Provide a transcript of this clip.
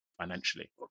financially